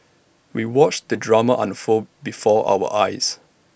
we watched the drama unfold before our eyes